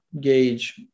gauge